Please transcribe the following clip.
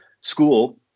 school